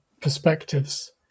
perspectives